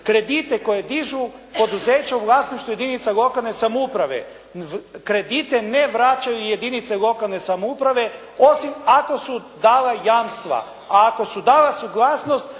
Kredite koje dižu poduzeća u vlasništvu jedinica lokalne samouprave, kredite ne vraćaju jedinice lokalne samouprave osim ako su dala jamstva. A ako su dala suglasnost